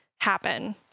happen